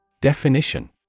Definition